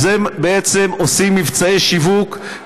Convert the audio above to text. אז הם בעצם עושים מבצעי שיווק,